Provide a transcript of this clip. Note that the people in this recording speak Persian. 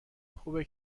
خوبه